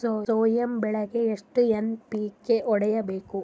Soya ಬೆಳಿಗಿ ಎಷ್ಟು NPK ಹೊಡಿಬೇಕು?